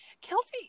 Kelsey